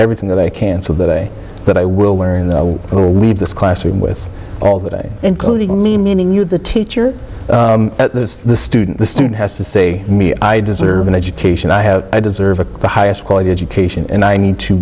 everything that i can so that i that i will learn to leave this classroom with all the day including me meaning you the teacher the student the student has to say me i deserve an education i have i deserve the highest quality education and i need to